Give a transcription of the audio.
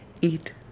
eat